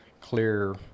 clear